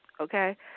Okay